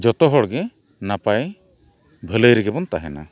ᱡᱚᱛᱚ ᱦᱚᱲᱜᱮ ᱱᱟᱯᱟᱭ ᱵᱷᱟᱹᱞᱟᱹᱭ ᱨᱮᱜᱮ ᱵᱚᱱ ᱛᱟᱦᱮᱱᱟ